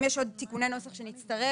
אם יש עוד תיקוני נוסח שנצטרך,